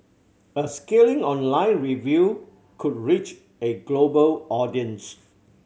a scathing online review could reach a global audience